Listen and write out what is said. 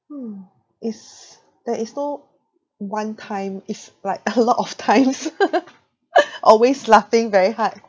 mm it's there is no one time it's like a lot of times always laughing very hard